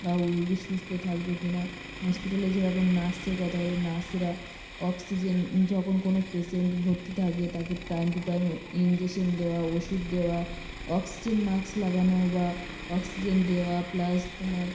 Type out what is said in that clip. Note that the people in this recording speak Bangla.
বা রোগী সুস্থ থাকবে কি না হসপিটালে যেরকম নার্সের কথা বলি নার্সরা অক্সিজেন যখন কোনো পেশেন্ট ভর্তি থাকে তাকে টাইম টু টাইম ইনজেকশান দেওয়া ওষুধ দেওয়া অক্সিজেন মাস্ক লাগানো বা অক্সিজেন দেওয়া প্লাস তোমার